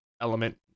element